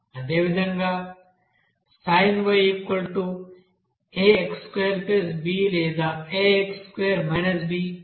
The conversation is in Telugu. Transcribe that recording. అదేవిధంగా sinax2b లేదా ax2 b